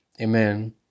Amen